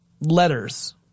letters